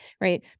right